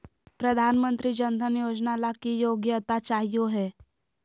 प्रधानमंत्री जन धन योजना ला की योग्यता चाहियो हे?